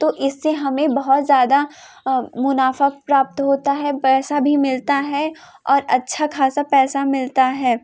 तो इससे हमें बहुत ज़्यादा और मुनाफ़ा प्राप्त होता है और पैसा भी मिलता है और अच्छा ख़ासा पैसा मिलता है